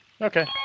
Okay